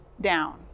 down